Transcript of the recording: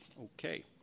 Okay